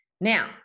Now